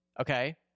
Okay